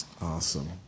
Awesome